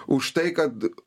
už tai kad